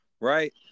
right